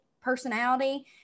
personality